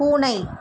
பூனை